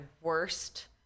worst